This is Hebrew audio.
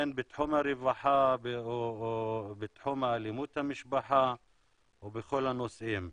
הן בתחום הרווחה ובתחום האלימות במשפחה ובכל הנושאים.